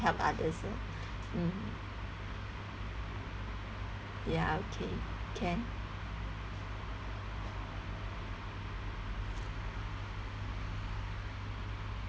help others mm ya okay can